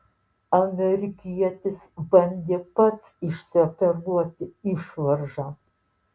amerikietis bandė pats išsioperuoti išvaržą